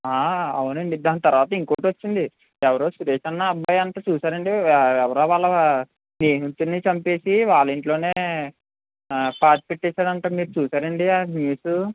అవునండి దాని తర్వాత ఇంకోకటి వచ్చింది ఎవరో సురేష్ అన్న అబ్బాయంట చూసారాండి ఎవరో వాళ్ళ స్నేహితుణ్ని చంపేసి వాళ్ళింట్లోనే పాతిపెట్టేసాడంట మీరు చూసారాండి ఆ న్యూస్